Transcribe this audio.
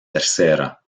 tercera